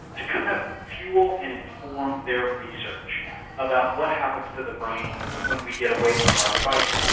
to kind of fuel and inform their research about what happens to the brain when we get away from our devices.